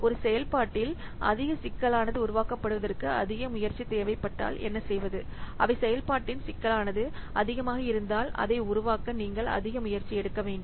ஒரு செயல்பாட்டின் அதிக சிக்கலானது உருவாக்கப்படுவதற்கு அதிக முயற்சி தேவைப்பட்டால் என்ன செய்வது அவை செயல்பாட்டின் சிக்கலானது அதிகமாக இருந்தால் அதை உருவாக்க நீங்கள் அதிக முயற்சி எடுக்க வேண்டும்